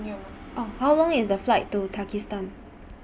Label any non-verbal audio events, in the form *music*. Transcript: *noise* How Long IS The Flight to Tajikistan